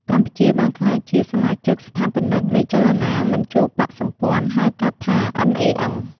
កម្ពុជាបានក្លាយជាសមាជិកស្ថាបនិកនៃចលនាមិនចូលបក្សសម្ព័ន្ធ (ហៅកាត់ថា NAM)